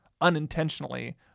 unintentionally